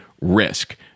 risk